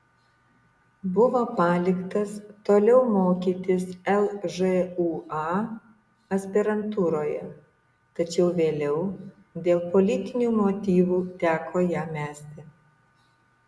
buvo paliktas toliau mokytis lžūa aspirantūroje tačiau vėliau dėl politinių motyvų teko ją mesti